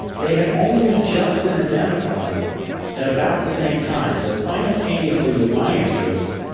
they had only just been identified at about the same time so simultaneously with my interest,